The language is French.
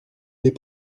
des